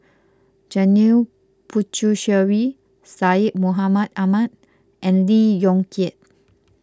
Janil Puthucheary Syed Mohamed Ahmed and Lee Yong Kiat